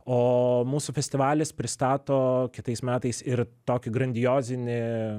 o mūsų festivalis pristato kitais metais ir tokį grandiozinį